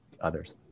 others